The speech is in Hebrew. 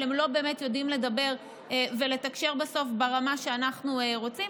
אבל הם לא באמת יודעים לדבר ולתקשר בסוף ברמה שאנחנו רוצים,